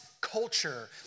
culture